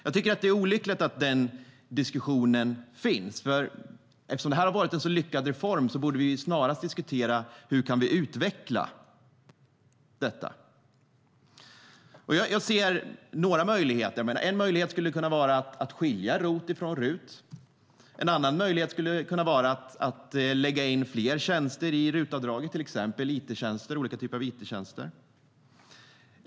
Jag tycker att det är olyckligt att den diskussionen finns. Eftersom det har varit en så lyckad reform borde vi snarast diskutera hur vi kan utveckla detta. Jag ser några möjligheter. En möjlighet skulle kunna vara att skilja ROT från RUT. En annan möjlighet skulle kunna vara att lägga in fler tjänster i RUT-avdraget, till exempel olika typer av it-tjänster.